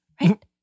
right